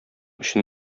өчен